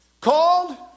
called